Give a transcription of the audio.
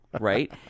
Right